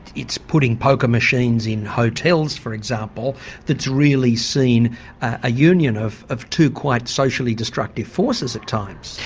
it's putting poker machines in hotels for example that's really seen a union of of two quite socially destructive forces at times.